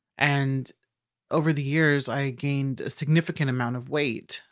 and over the years, i gained a significant amount of weight.